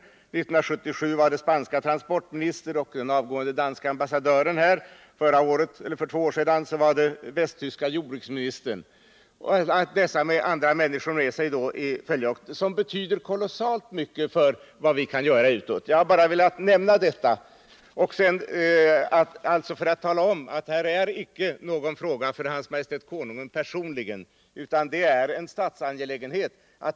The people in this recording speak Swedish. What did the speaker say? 1977 var den spanske transportministern och den avgående danske ambassadören här och för två år sedan den västtyske jordbruksministern. Detta betyder kolossalt mycket med tanke på möjligheterna att kunna göra någonting utomlands. Jag har bara velat nämna detta för att visa att det, som sagt, inte är en fråga som gäller Hans Majestät personligen utan en statsangelägenhet.